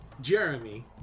Jeremy